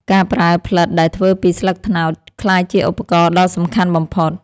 ការប្រើផ្លិតដែលធ្វើពីស្លឹកត្នោត ក្លាយជាឧបករណ៍ដ៏សំខាន់បំផុត។